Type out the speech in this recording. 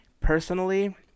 personally